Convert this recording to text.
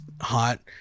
hot